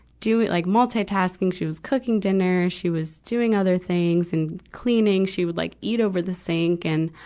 doing, like multitasking she was cooking dinner, she was doing other things and cleaning. she would like eat over the sink and,